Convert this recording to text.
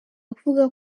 avuga